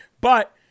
but-